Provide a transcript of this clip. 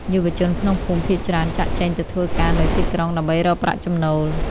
យុវជនក្នុងភូមិភាគច្រើនចាកចេញទៅធ្វើការនៅទីក្រុងដើម្បីរកប្រាក់ចំណូល។